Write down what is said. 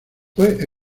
fue